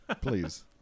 Please